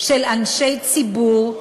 של אנשי ציבור,